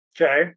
Okay